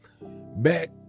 back